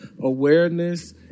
awareness